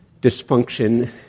dysfunction